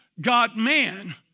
God-man